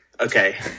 Okay